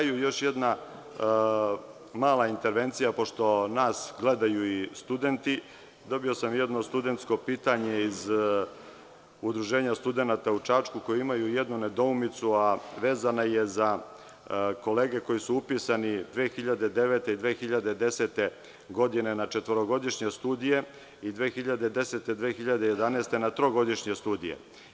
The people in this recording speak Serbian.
Još jedna mala intervencija, pošto nas gledaju i studenti, dobio sam jedno studentsko pitanje iz Udruženja studenata u Čačku koji imaju jednu nedoumicu, a vezana je za kolege koji su upisani 2009. godine i 2010. godine na četvorogodišnje studije i 2010. godine i 2011. godine na trogodišnje studije.